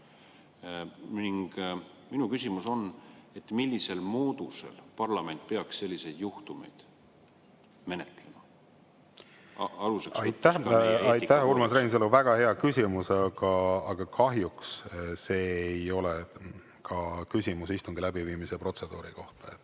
Minu küsimus on: millisel moodusel parlament peaks selliseid juhtumeid menetlema? Aitäh, Urmas Reinsalu! Väga hea küsimus, aga kahjuks see ei ole küsimus istungi läbiviimise protseduuri kohta. Ma